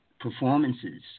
performances